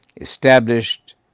established